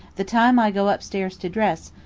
the time i go up stairs to dress,